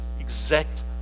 exact